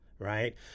Right